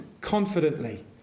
confidently